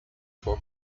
for